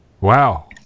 Wow